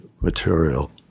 material